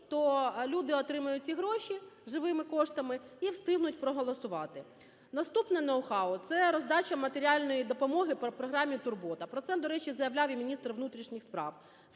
то люди отримають ці гроші живими коштами і встигнуть проголосувати. Наступне ноу-хау – це роздача матеріальної допомоги при програмі "Турбота". Про це, до речі, заявляв і міністр внутрішніх справ.